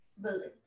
building